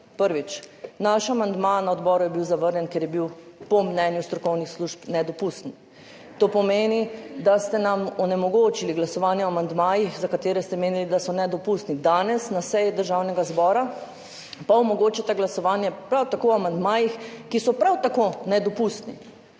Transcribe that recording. Prvič. Naš amandma na odboru je bil zavrnjen, ker je bil po mnenju strokovnih služb nedopusten. To pomeni, da ste nam onemogočili glasovanje o amandmajih, za katere ste menili, da so nedopustni. Danes pa na seji Državnega zbora omogočate glasovanje prav tako o amandmajih, ki so prav tako nedopustni.